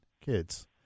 kids